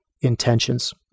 intentions